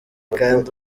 kandi